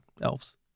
elves